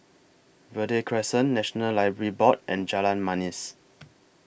Verde Crescent National Library Board and Jalan Manis